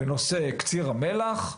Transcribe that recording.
בנושא קציר המלח,